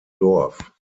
dorf